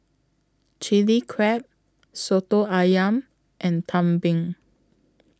Chilli Crab Soto Ayam and Tumpeng